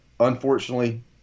Unfortunately